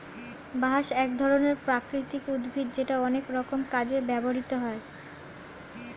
বাঁশ এক ধরনের প্রাকৃতিক উদ্ভিদ যেটা অনেক রকম কাজে ব্যবহৃত হয়